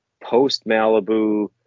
post-Malibu